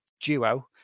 duo